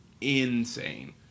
insane